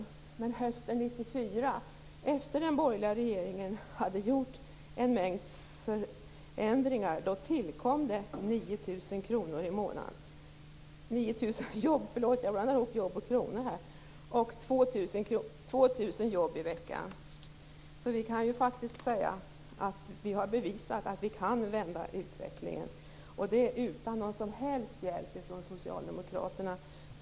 Hösten 1994, efter det att den borgerliga regeringen hade genomfört en mängd förändringar, tillkom 9 000 jobb i månaden eller 2 000 jobb i veckan. Vi kan faktiskt säga att vi har bevisat att vi kan vända utvecklingen - utan någon som helst hjälp av Socialdemokraterna.